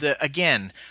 again